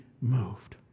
moved